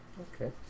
Okay